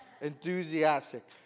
enthusiastic